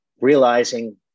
realizing